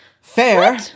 Fair